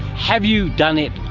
have you done it,